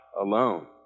alone